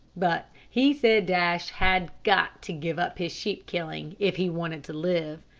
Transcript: but he said dash had got to give up his sheep-killing, if he wanted to live.